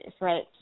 right